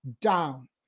down